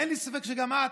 אין לי ספק שגם את,